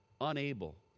unable